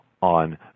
on